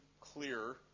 clear